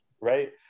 right